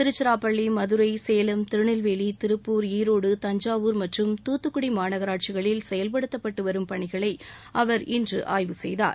திருச்சிராப்பள்ளி மதுரை சேலம் திருநெல்வேலி திருப்பூர் ஈரோடு தஞ்சாவூர் மற்றும் தூத்துக்குடி மாநகராட்சிகளில் செயல்படுத்தப்பட்டு வரும் பணிகளை அவர் இன்று ஆய்வு செய்தார்